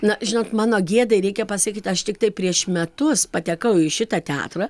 na žinot mano gėdai reikia pasakyt aš tiktai prieš metus patekau į šitą teatrą